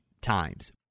times